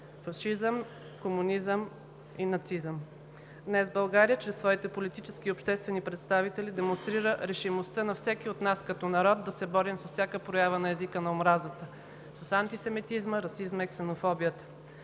фашизъм, комунизъм и нацизъм. Днес България, чрез своите политически и обществени представители, демонстрира решимостта на всеки от нас като народ да се борим с всяка проява на езика на омразата – с антисемитизма, расизма и ксенофобията.